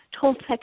Toltec